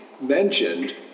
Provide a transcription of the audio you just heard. mentioned